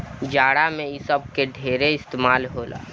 जाड़ा मे इ सब के ढेरे इस्तमाल होला